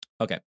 Okay